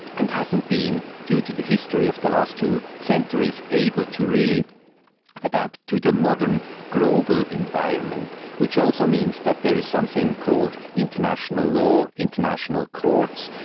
and hasn't been, due to the history of the last two centuries, able to really adapt to the modern global environment, which also means that there is something called international law, international courts,